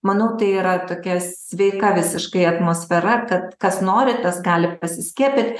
manau tai yra tokia sveika visiškai atmosfera kad kas nori tas gali pasiskiepyt